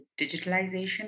digitalization